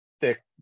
thick